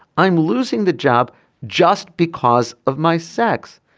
i'm losing the job just because of my sex.